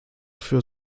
für